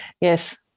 yes